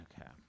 Okay